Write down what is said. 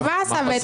ומה עשה בית המשפט?